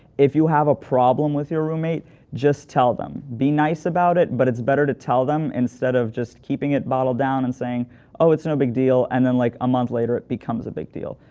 if you have a problem with your roommate, just tell them. be nice about it, but it's better to tell them instead of just keeping it bottled down and saying oh, it's no big deal and then like a month later it becomes a big deal.